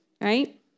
right